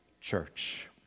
Church